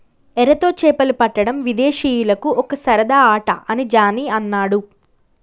ఎరతో చేపలు పట్టడం విదేశీయులకు ఒక సరదా ఆట అని జానీ అన్నాడు